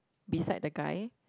beside the guy